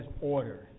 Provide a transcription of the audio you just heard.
order